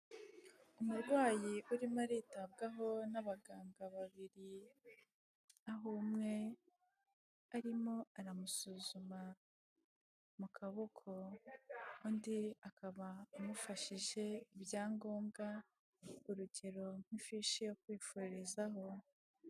Umurwayi urimo aritabwaho n'abaganga babiri aho umwe arimo aramusuzuma mu kaboko, undi akaba amufashije ibyangombwa urugero nk'ifishi yo kwivurizaho.